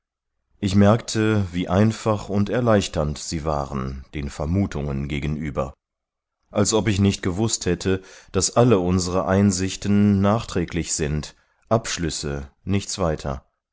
ich merkte wie einfach und erleichternd sie waren den vermutungen gegenüber als ob ich nicht gewußt hätte daß alle unsere einsichten nachträglich sind abschlüsse nichts weiter